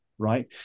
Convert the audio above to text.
right